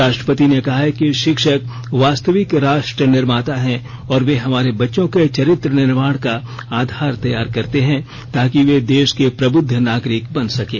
राष्ट्रपति ने कहा है कि शिक्षक वास्ताविक राष्ट्र निर्माता है और ये हमारे बच्चों के चरित्र निर्माण का आधार तैयार करते हैं ताकि ये देश के प्रबुद्ध नागरिक बन सकें